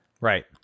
Right